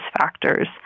factors